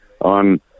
on